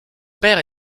père